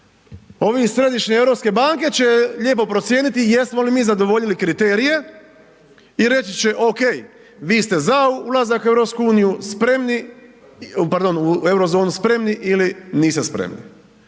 iz Središnje europske banke će lijepo procijeniti jesmo li mi zadovoljili kriterije i reći će okej vi ste za ulazak u EU spremni, pardon u Eurozonu spremni ili niste spremni,